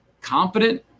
Confident